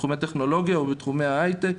בתחומי טכנולוגיה והי-טק.